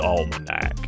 Almanac